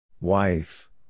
Wife